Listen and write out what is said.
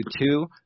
two